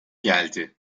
geldi